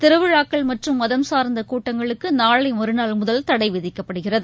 திருவிழாக்கள் மற்றும் மதம் சார்ந்தகூட்டங்களுக்குநாளைமறுநாள் முதல் தடைவிதிக்கப்படுகிறது